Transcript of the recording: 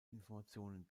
informationen